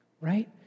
right